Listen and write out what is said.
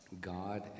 God